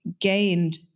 gained